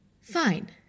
Fine